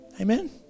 Amen